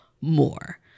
more